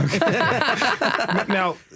Now